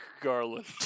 Garland